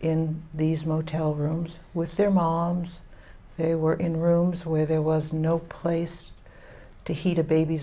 in these motel rooms with their moms they were in rooms where there was no place to heat a baby's